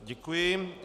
Děkuji.